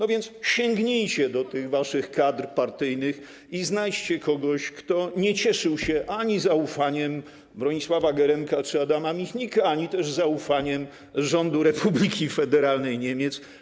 A więc sięgnijcie do tych waszych kadr partyjnych i znajdźcie kogoś, kto nie cieszył się ani zaufaniem Bronisława Geremka czy Adama Michnika, ani zaufaniem rządu Republiki Federalnej Niemiec.